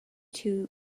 two